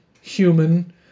human